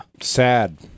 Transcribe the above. sad